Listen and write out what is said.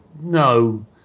No